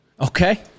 Okay